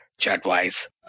chat-wise